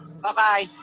Bye-bye